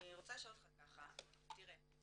אני רוצה לשאול אותך ככה תראה,